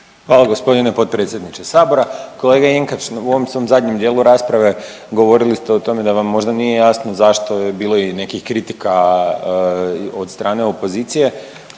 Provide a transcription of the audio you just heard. Hvala g. potpredsjedniče sabora. Kolega Jenkač, u ovom svom zadnjem dijelu rasprave govorili ste o tome da vam možda nije jasno zašto je bilo i nekih kritika od strane opozicije,